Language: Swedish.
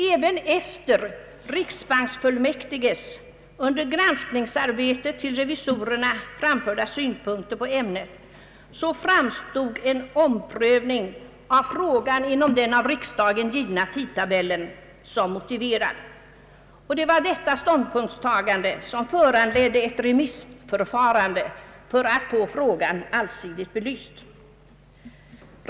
Även efter riksbanksfullmäktiges under granskningsarbetet till revisorerna framförda synpunkter på ämnet framstod en omprövning av frågan inom den av riksdagen angivna tidtabellen som motiverad. Detta ståndpunktstagande föranledde ett remissförfarande för att få frågan allsidigt belyst.